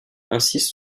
insiste